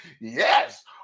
Yes